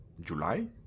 July